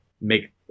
make